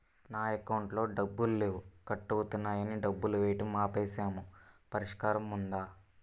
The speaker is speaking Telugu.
నా అకౌంట్లో డబ్బులు లేవు కట్ అవుతున్నాయని డబ్బులు వేయటం ఆపేసాము పరిష్కారం ఉందా?